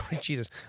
Jesus